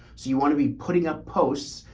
so you want to be putting up posts.